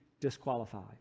disqualified